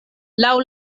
laŭ